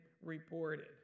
reported